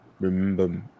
Remember